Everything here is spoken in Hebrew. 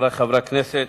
חברי חברי הכנסת,